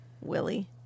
Willie